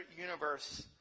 universe